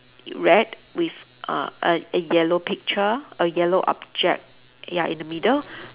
red with err a a yellow picture a yellow object ya in the middle